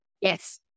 Yes